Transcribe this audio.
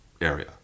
area